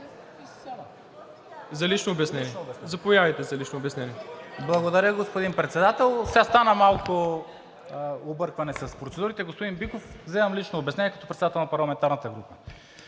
за лично обяснение. ГЕОРГИ СВИЛЕНСКИ (БСП за България): Благодаря, господин Председател. Стана малко объркване с процедурите. Господин Биков, вземам лично обяснение като председател на парламентарната група.